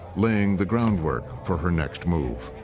laying the groundwork for her next move.